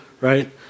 right